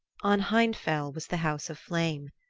on hindfell was the house of flame.